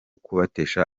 kubatesha